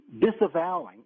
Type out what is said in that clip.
disavowing